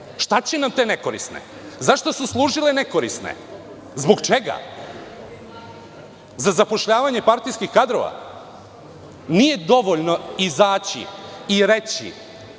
Šta će nam te nekorisne? Zašta su služile nekorisne? Zbog čega? Za zapošljavanje partijskih kadrova? Nije dovoljno izaći i reći